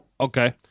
Okay